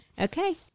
Okay